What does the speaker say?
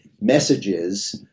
messages